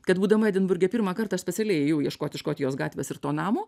kad būdama edinburge pirmą kartą aš specialiai ėjau ieškoti škotijos gatvės ir to namo